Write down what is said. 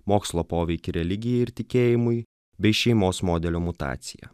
mokslo poveikį religijai ir tikėjimui bei šeimos modelio mutaciją